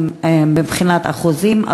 גם מבחינת אחוזים,